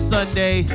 Sunday